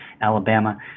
Alabama